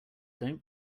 don’t